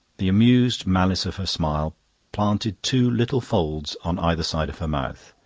the amused malice of her smile planted two little folds on either side of her mouth,